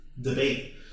debate